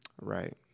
right